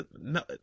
no